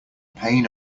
pain